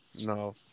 No